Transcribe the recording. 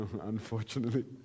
Unfortunately